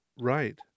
Right